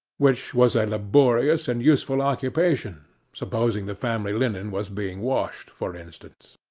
which was a laborious and useful occupation supposing the family linen was being washed, for instance.